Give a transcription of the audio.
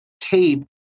tape